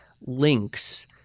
links